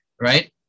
Right